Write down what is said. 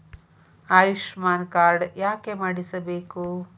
Ayushman card ಯಾಕೆ ಮಾಡಿಸಬೇಕು?